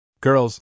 Girls